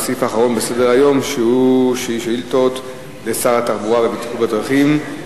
לסעיף האחרון בסדר-היום: שאילתות לשר התחבורה והבטיחות בדרכים.